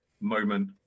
moment